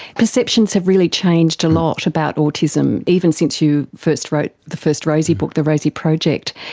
perceptions have really changed a lot about autism, even since you first wrote the first rosie book, the rosie project.